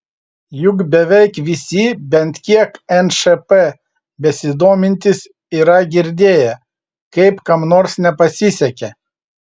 juk beveik visi bent kiek nšp besidomintys yra girdėję kaip kam nors nepasisekė